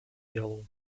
yellow